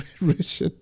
rich